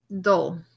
dull